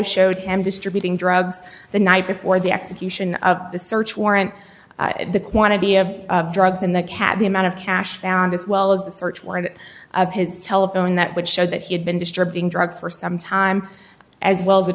showed him distributing drugs the night before the execution of the search warrant and the quantity of drugs in the cab the amount of cash found as well as the search warrant of his telephone that would show that he had been disturbing drugs for some time as well as